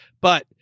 But-